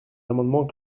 amendements